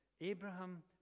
Abraham